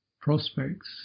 prospects